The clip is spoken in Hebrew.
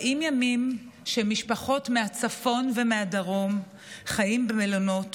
40 ימים שמשפחות מהצפון ומהדרום חיות במלונות,